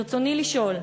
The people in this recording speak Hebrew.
ברצוני לשאול: